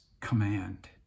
command